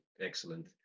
excellent